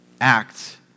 act